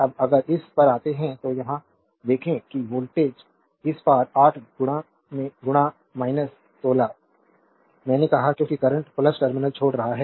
अब अगर इस पर आते हैं तो यहां देखें कि वोल्टेज इस पार 8 1 6 मैंने कहा क्योंकि करंट टर्मिनल छोड़ रहा है